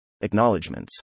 Acknowledgements